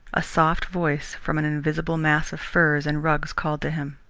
a soft voice from an invisible mass of furs and rugs, called to him.